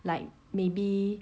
like maybe